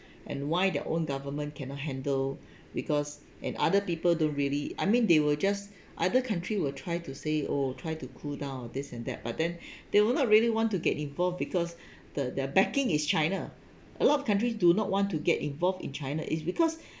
and why their own government cannot handle because and other people don't really I mean they will just other country will try to say oh try to cool down this and that but then they will not really want to get involved because the the backing is china a lot of countries do not want to get involved in china is because